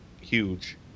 huge